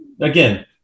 again